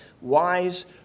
wise